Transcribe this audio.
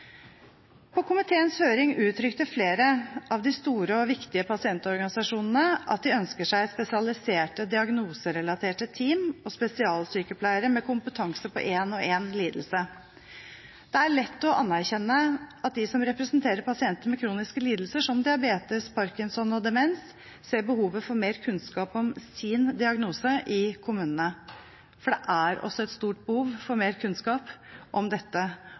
På komiteens høring uttrykte flere av de store og viktige pasientorganisasjonene at de ønsker seg spesialiserte diagnoserelaterte team og spesialsykepleiere med kompetanse på en og en lidelse. Det er lett å anerkjenne at de som representerer pasienter med kroniske lidelser som diabetes, Parkinsons sykdom eller demens ser behovet for mer kunnskap om «sin» diagnose i kommunene. Det er også et stort behov for mer kunnskap om dette